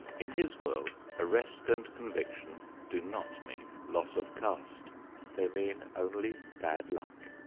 in his world arrest and conviction do not mean loss of caste they mean only bad luck.